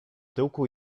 tyłku